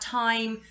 time